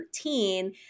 13